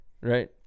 right